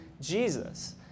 Jesus